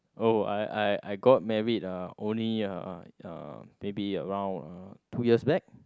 oh I I I got married uh only uh maybe around uh two years back